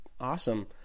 Awesome